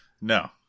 no